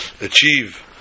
achieve